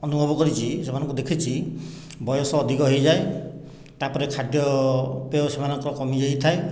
ଅନୁଭବ କରିଛି ସେମାନଙ୍କୁ ଦେଖିଛି ବୟସ ଅଧିକ ହୋଇଯାଏ ତାପରେ ଖାଦ୍ୟପେୟ ସେମାନଙ୍କର କମି ଯାଇଥାଏ